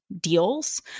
deals